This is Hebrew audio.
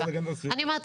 אני אומרת,